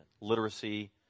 literacy